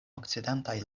okcidentaj